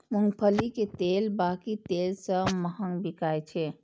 मूंगफली के तेल बाकी तेल सं महग बिकाय छै